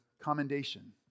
commendation